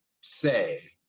say